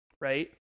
Right